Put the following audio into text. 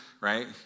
right